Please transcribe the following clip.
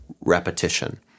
repetition